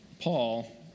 Paul